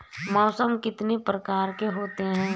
मौसम कितनी प्रकार के होते हैं?